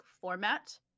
format